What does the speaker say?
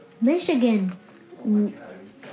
Michigan